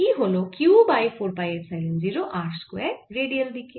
E হল Q by 4 pi epsilon 0 r square radial দিকে